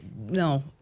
No